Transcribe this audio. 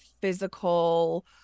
physical